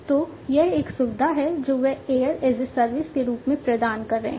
तो यह एक सुविधा है जो वे एयर एज ए सर्विस के रूप में प्रदान कर रहे हैं